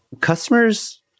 Customers